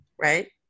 right